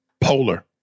Polar